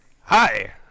hi